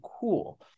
cool